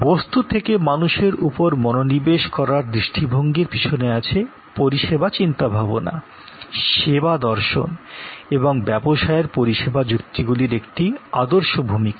বস্তূ থেকে মানুষের উপর মনোনিবেশ করার দৃষ্টিভঙ্গির পিছনে আছে পরিষেবা চিন্তাভাবনা সেবা দর্শন এবং ব্যবসায়ের পরিষেবা যুক্তিগুলির একটি আদর্শ ভূমিকা